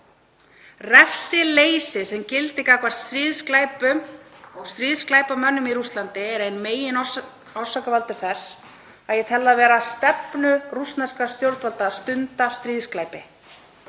Refsileysið sem gildir gagnvart stríðsglæpum og stríðsglæpamönnum í Rússlandi er einn meginorsakavaldur þess að ég tel það vera stefnu rússneskra stjórnvalda að stunda stríðsglæpi